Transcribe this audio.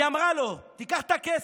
היא אמרה לו: תיקח את הכסף,